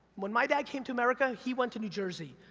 when my dad came to america, he went to new jersey,